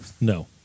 No